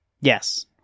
Yes